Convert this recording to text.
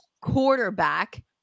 quarterback